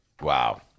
Wow